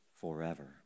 forever